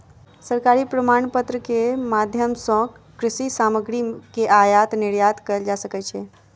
सरकारी प्रमाणपत्र के माध्यम सॅ कृषि सामग्री के आयात निर्यात कयल जा सकै छै